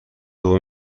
دوم